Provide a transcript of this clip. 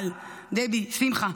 אבל דבי, שמחה,